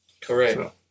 Correct